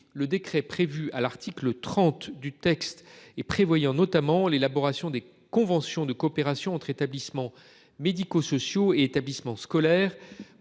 le décret prévu à l'article 30 du texte et prévoyant notamment l'élaboration des conventions de coopération entre établissements médico-sociaux établissement scolaire